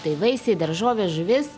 tai vaisiai daržovės žuvis